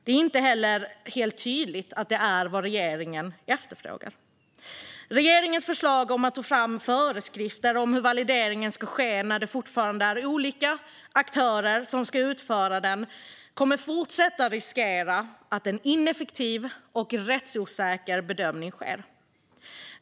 Det är inte heller helt tydligt att det är vad regeringen efterfrågar. Regeringens förslag om att ta fram föreskrifter om hur valideringen ska ske när det fortfarande är olika aktörer som ska utföra den kommer att fortsätta att riskera att leda till att en ineffektiv och rättsosäker bedömning sker.